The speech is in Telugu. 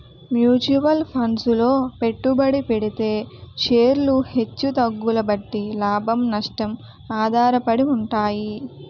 మ్యూచువల్ ఫండ్సు లో పెట్టుబడి పెడితే షేర్లు హెచ్చు తగ్గుల బట్టి లాభం, నష్టం ఆధారపడి ఉంటాయి